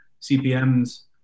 CPMs